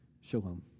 shalom